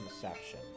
section